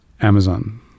Amazon